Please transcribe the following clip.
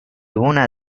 una